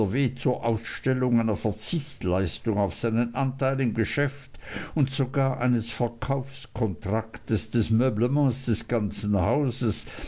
zur ausstellung einer verzichtleistung auf seinen anteil im geschäft und sogar eines verkaufskontraktes des meublements des ganzen hauses